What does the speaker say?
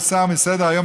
הוא הוסר מסדר-היום,